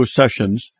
sessions